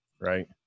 right